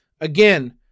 Again